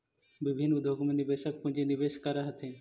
विभिन्न उद्योग में निवेशक पूंजी निवेश करऽ हथिन